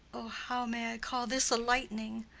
o, how may i call this a lightning?